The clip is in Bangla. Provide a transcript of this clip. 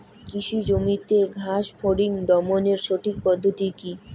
কৃষি জমিতে ঘাস ফরিঙ দমনের সঠিক পদ্ধতি কি?